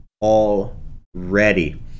already